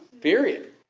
period